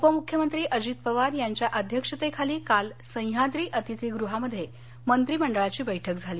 उपमुख्यमंत्री अजित पवार यांच्या अध्यक्षतेखाली काल सह्याद्री अतिथिगृहामध्ये मंत्रिमंडळाची बैठक झाली